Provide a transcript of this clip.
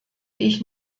ich